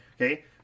Okay